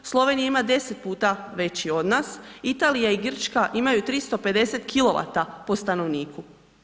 Slovenija ima 10 puta veći od nas, Italija i Grčka imaju 350 kW po stanovniku.